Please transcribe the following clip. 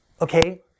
Okay